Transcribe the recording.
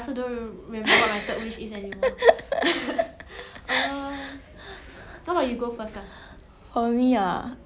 for me ah I I was thinking something along the line of money I guess you money is like 真的是一个很真的问题